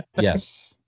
Yes